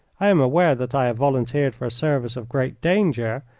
i am aware that i have volunteered for a service of great danger,